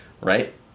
right